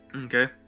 Okay